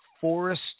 forest